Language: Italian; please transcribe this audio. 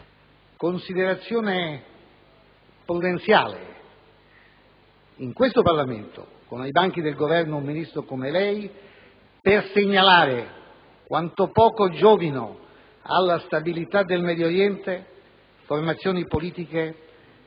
considerazione prudenziale in questo Parlamento, con ai banchi del Governo un Ministro come lei, per segnalare quanto poco giovino alla stabilità del Medio Oriente formazioni politiche